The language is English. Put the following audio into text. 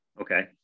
Okay